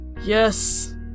Yes